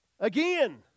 Again